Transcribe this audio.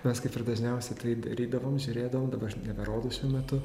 mes kaip ir dažniausiai tai darydavom žiūrėdavom dabar neberodo šiuo metu